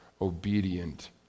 obedient